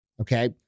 Okay